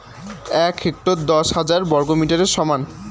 এক হেক্টর দশ হাজার বর্গমিটারের সমান